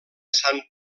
sant